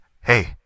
Hey